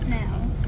now